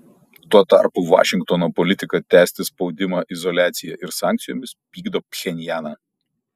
tuo tarpu vašingtono politika tęsti spaudimą izoliacija ir sankcijomis pykdo pchenjaną